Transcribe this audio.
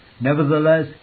Nevertheless